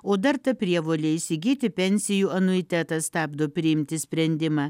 o dar ta prievolė įsigyti pensijų anuitetą stabdo priimti sprendimą